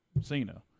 Cena